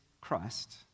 Christ